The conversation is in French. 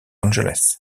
angeles